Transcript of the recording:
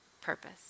purpose